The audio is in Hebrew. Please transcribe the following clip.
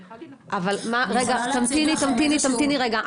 אני יכולה -- תמתיני רגע,